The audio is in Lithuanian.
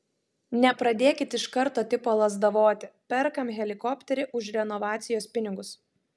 nepradėkit iš karto tipo lazdavoti perkam helikopterį už renovacijos pinigus